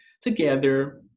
together